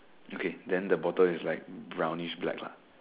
okay then the bottom is like brownish black lah